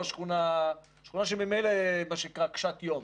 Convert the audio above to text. שכונה שממילא בשגרה קשת-יום.